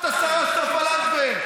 את, השרה סופה לנדבר.